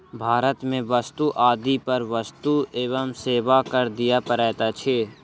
भारत में वस्तु आदि पर वस्तु एवं सेवा कर दिअ पड़ैत अछि